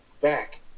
back